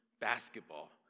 basketball